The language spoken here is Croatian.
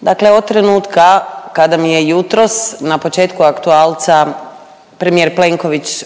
Dakle od trenutka kada mi je jutros na početku aktualca premijer Plenković